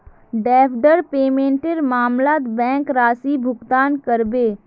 deferred पेमेंटेर मामलत bank राशि भुगतान करबे